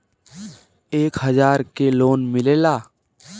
एक हजार के लोन मिलेला?